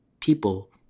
people